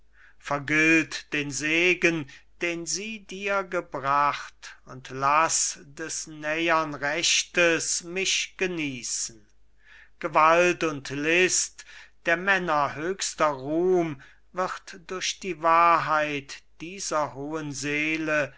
vergilt den segen den sie dir gebracht und laß des nähern rechtes mich genießen gewalt und list der männer höchster ruhm wird durch die wahrheit dieser hohen seele